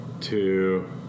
two